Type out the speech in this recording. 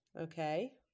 Okay